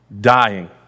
dying